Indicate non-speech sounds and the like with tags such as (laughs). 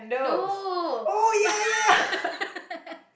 !no! (laughs)